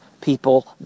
people